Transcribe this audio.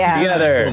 together